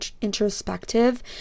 introspective